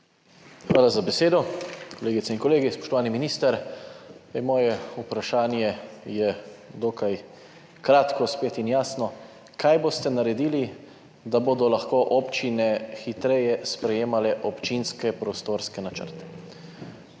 Hvala za besedo. Kolegice in kolegi, spoštovani minister! Moje vprašanje je spet dokaj kratko in jasno: Kaj boste naredili, da bodo lahko občine hitreje sprejemale občinske prostorske načrte?